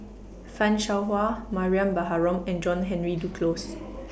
fan Shao Hua Mariam Baharom and John Henry Duclos